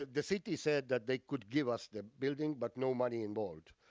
ah the city said that they could give us the building, but no money involved.